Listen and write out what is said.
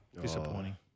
disappointing